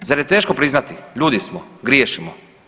Zar je teško priznati, ljudi smo, griješimo.